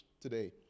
today